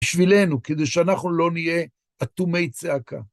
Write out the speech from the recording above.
בשבילנו, כדי שאנחנו לא נהיה אטומי צעקה.